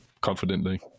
confidently